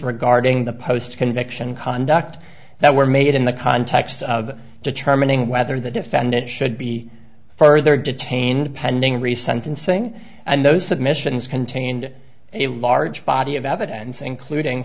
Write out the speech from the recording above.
regarding the post to convey conduct that were made in the context of determining whether the defendant should be further detained pending re sentencing and those submissions contained a large body of evidence including